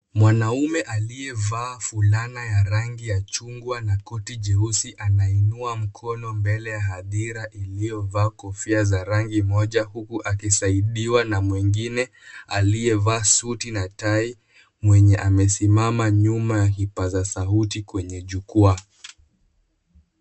Mwanaume aliyevaa fulana ya rangi ya chungwa na koti jeusi anainua mkono mbele ya hadira iliyovaa kofia za rangi moja huku akisaidiwa na mwengine aliyevaa suti na tai. Mwenye amesimama nyuma ya kipaza sauti kwenye jukwaa.